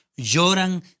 lloran